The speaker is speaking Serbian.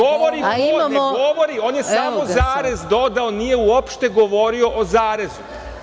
On je samo zarez dodao a nije uopšte govorio o zarezu.